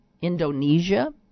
Indonesia